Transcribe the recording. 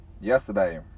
Yesterday